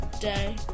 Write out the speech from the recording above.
day